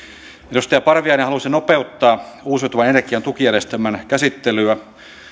edustaja parviainen halusi nopeuttaa uusiutuvan energian tukijärjestelmän käsittelyä